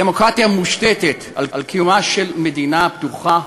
הדמוקרטיה מושתתת על קיומה של מדינה פתוחה,